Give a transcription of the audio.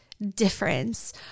difference